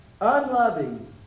unloving